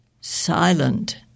silent